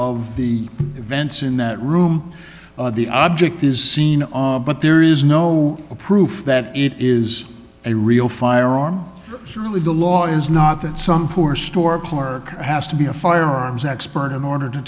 of the events in that room the object is seen but there is no proof that it is a real firearm surely the law is not that some poor store clerk has to be a firearms expert in order to